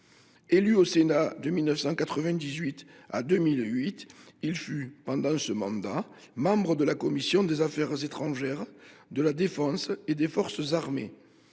Élu au Sénat de 1998 à 2008, il fut pendant ce mandat membre de la commission des affaires étrangères, de la défense et des forces armées.